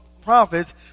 prophets